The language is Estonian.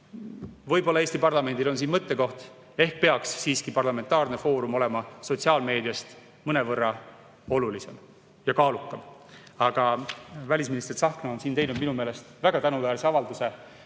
Võib-olla Eesti parlamendil on siin mõttekoht, ehk peaks siiski parlamentaarne foorum olema sotsiaalmeediast mõnevõrra olulisem ja kaalukam. Aga välisminister Tsahkna on siin teinud minu meelest väga tänuväärse avalduse.